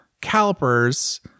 calipers